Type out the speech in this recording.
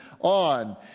On